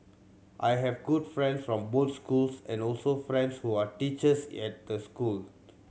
I have good friend from both schools and also friends who are teachers at the schools